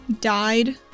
Died